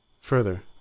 Further